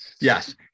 yes